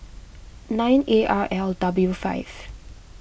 nine A R L W five